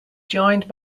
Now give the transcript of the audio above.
joined